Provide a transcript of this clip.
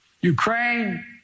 Ukraine